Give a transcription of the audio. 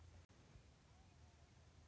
MSP के बारे में बतायें?